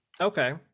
okay